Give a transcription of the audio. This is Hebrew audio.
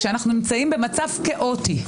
כשאנחנו נמצאים במצב כאוטי,